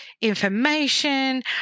information